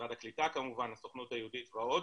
משרד הקליטה כמובן, הסוכנות היהודית ועוד,